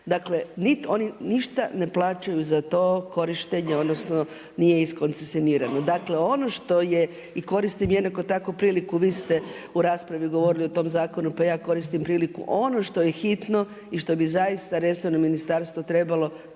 Niti oni ništa ne plaćaju za to korištenje, nije iskoncesionirano. Ono što je koristim jednako tako priliku, vi ste u raspravi govorili o tom zakonu, pa ja koristim priliku, ono što je hitno i što bi zaista resorno ministarstvo trebalo,